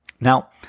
Now